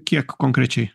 kiek konkrečiai